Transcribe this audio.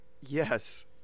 Yes